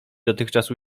dotychczas